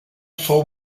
fou